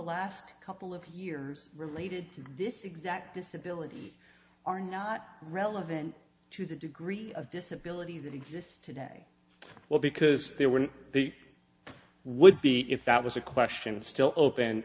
last couple of years related to this exact disability are not relevant to the degree of disability that exists today well because they were not they would be if that was a question still open